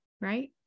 right